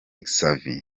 xavier